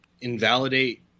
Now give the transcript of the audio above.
invalidate